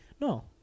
No